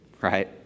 right